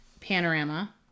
panorama